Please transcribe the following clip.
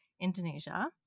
Indonesia